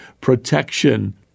protection